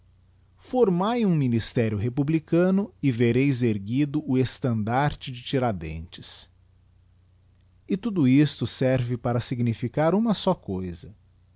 formae um ministério republicano e vereis erguido o estandarte de tiradentes e tudo isto serve para significar uma só cousa